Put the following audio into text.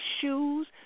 shoes